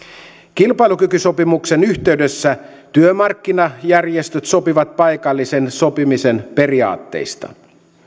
kilpailukykysopimuksen yhteydessä työmarkkinajärjestöt sopivat paikallisen sopimisen periaatteista